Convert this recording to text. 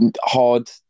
hard